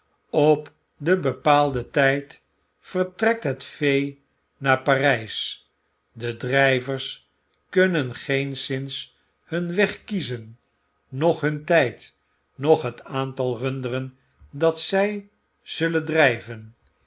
op den bepaalden tjjd vertrekt het vee naar parp de drivers kunnen geenszins hun weg kiezen noch hun tyd noch het aantal runderen dat zjj zullen driven